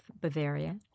Bavaria